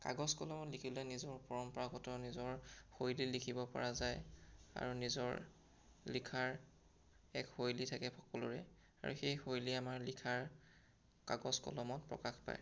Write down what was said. কাগজ কলমত লিখিলে নিজৰ পৰম্পৰাগত নিজৰ শৈলীত লিখিব পৰা যায় আৰু নিজৰ লিখাৰ এক শৈলী থাকে সকলোৰে আৰু সেই শৈলী আমাৰ লিখাৰ কাগজ কলমত প্ৰকাশ পায়